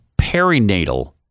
perinatal